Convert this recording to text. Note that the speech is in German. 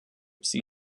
sie